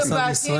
הסמכויות.